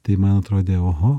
tai man atrodė oho